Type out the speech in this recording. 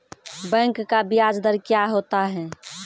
Bank का ब्याज दर क्या होता हैं?